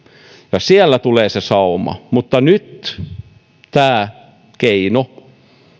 ja siellä tulee se sauma mutta nyt tämä keino että